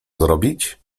zrobić